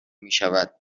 میشود